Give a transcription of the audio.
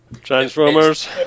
Transformers